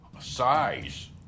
size